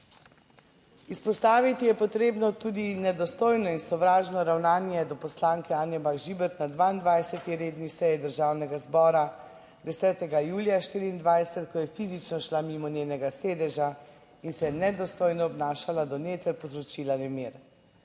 Izpostaviti je potrebno tudi nedostojno in sovražno ravnanje do poslanke Anje Bah Žibert na 22. redni seji Državnega zbora, 10. julija 2024, ko je fizično šla mimo njenega sedeža in se je nedostojno obnašala do nje ter povzročila nemir.